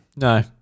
No